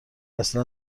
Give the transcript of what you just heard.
اصلا